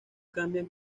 cambian